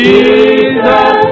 Jesus